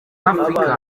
afrique